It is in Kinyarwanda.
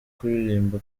kuririmba